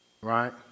Right